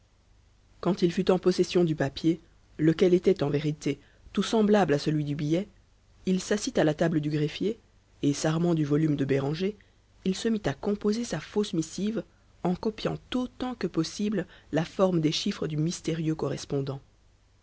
quand il fut en possession du papier lequel était en vérité tout semblable à celui du billet il s'assit à la table du greffier et s'armant du volume de béranger il se mit à composer sa fausse missive en copiant autant que possible la forme des chiffres du mystérieux correspondant